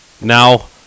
now